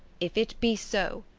if it be so,